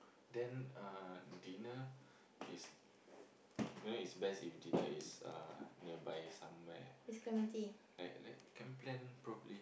then uh dinner is you know it's best if dinner is uh nearby somewhere like like can plan properly